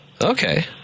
Okay